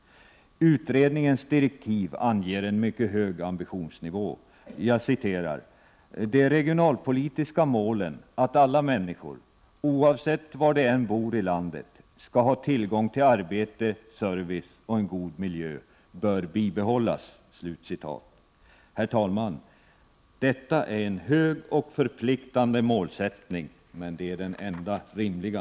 Utredningens direktiv anger en mycket hög ambitionsnivå. Jag citerar: ”De regionalpolitiska målen att alla människor — oavsett var de än bor i landet — skall ha tillgång till arbete, service och en god miljö bör bibehållas”. Herr talman! Detta är en hög och förpliktigande målsättning, men det är den enda rimliga!